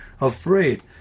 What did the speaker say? afraid